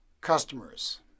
customers